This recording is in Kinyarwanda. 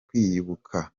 kwiyubaka